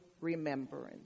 Remembrance